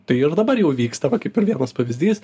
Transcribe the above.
tai ir dabar jau vyksta va kaip ir vienas pavyzdys